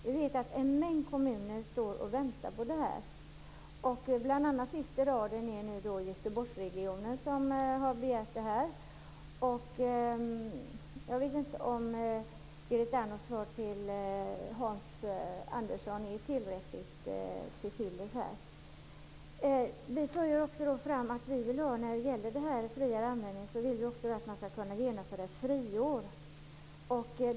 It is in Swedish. Vi vet att en mängd kommuner står och väntar på det här. T.ex. står nu Göteborgsregionen sist i raden av dem som har begärt detta. Jag vet inte om Berit Andnors svar till Hans Andersson är till fyllest här. Vidare när det gäller den friare användningen för vi fram att vi vill att man skall kunna genomföra ett friår.